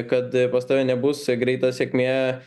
kad pas tave nebus greita sėkmė